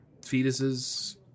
fetuses